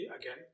again